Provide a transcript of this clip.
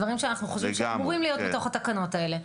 דברים שאנחנו חושבים שאמורים להיות בתוך התקנות האלה.